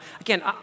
again